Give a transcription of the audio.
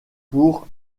pour